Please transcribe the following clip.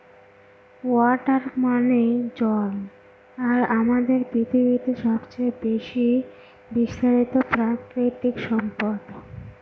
water মানে জল আর আমাদের পৃথিবীতে সবচেয়ে বেশি বিস্তারিত প্রাকৃতিক সম্পদ